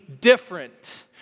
different